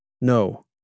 No